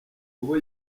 kubo